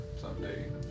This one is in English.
someday